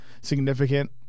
significant